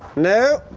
no!